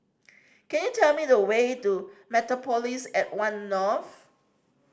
can you tell me the way to Mediapolis at One North